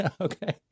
Okay